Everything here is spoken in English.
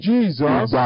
Jesus